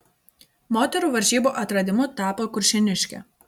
moterų varžybų atradimu tapo kuršėniškė